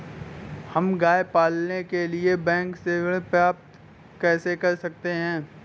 हम गाय पालने के लिए बैंक से ऋण कैसे प्राप्त कर सकते हैं?